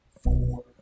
four